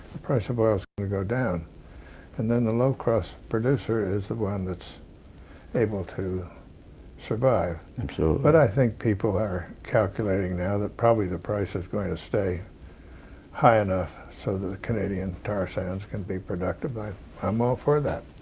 the price of oil's going to go down and then the low cost producer is the one that's able to survive. um so but i think people are calculating now that probably the price is going to stay high enough so that the canadian tar sands can be productive. i'm all for that.